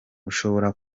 ushobora